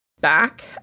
back